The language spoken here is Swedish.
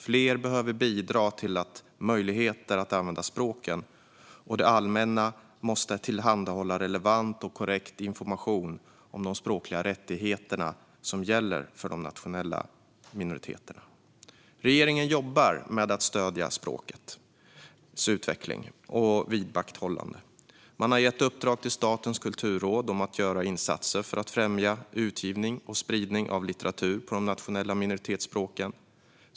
Fler behöver bidra till möjligheter att använda språken, och det allmänna måste tillhandahålla relevant och korrekt information om de språkliga rättigheter som gäller de nationella minoriteterna. Regeringen jobbar med att stödja språkets utveckling och vidmakthållande. Man har gett uppdrag till Statens kulturråd att göra insatser för att främja utgivning och spridning av litteratur på de nationella minoritetsspråken.